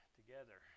together